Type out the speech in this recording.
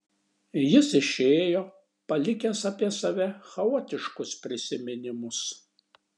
jis išėjo palikęs apie save chaotiškus prisiminimus